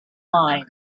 mind